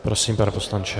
Prosím, pane poslanče.